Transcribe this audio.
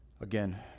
Again